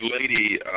lady